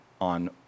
on